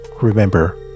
remember